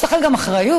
יש לכם גם אחריות.